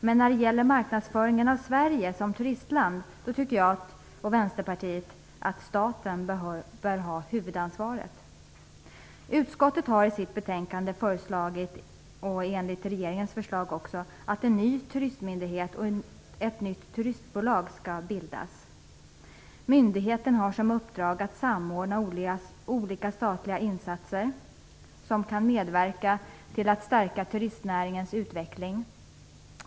Men när det gäller marknadsföringen av Sverige som turistland tycker jag och Vänsterpartiet att staten bör ha huvudansvaret. Utskottet har i sitt betänkande enligt regeringens förslag föreslagit att en ny turistmyndighet och ett nytt turistbolag skall bildas. Myndigheten har som uppdrag att samordna olika statliga insatser som kan medverka till att stärka turistnäringens utveckling.